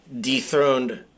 dethroned